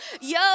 Yo